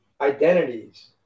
identities